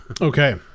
Okay